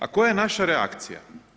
A koja je naša reakcija?